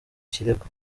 kirego